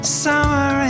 summer